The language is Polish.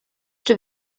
czy